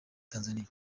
tanzania